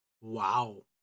Wow